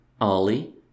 Ollie